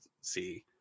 see